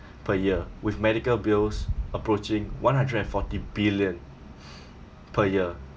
per year with medical bills approaching one hundred and forty billion per year